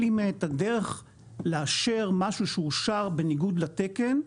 לי את הדרך לאשר משהו שאושר בניגוד לתקן,